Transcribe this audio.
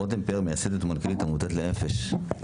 רותם פאר, מייסדת ומנכ"לית עמותת לנפ"ש.